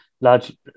large